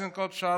שאז היה רמטכ"ל,